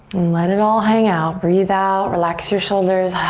let it all hang out. breathe out, relax your shoulders.